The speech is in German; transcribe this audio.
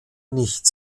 nicht